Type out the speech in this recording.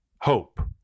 hope